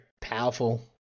powerful